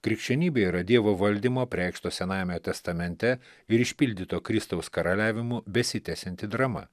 krikščionybė yra dievo valdymo apreikšto senajame testamente ir išpildyto kristaus karaliavimu besitęsianti drama